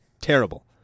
terrible